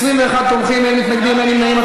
21 תומכים, אין מתנגדים, אין נמנעים.